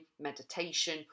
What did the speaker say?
meditation